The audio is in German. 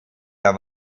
der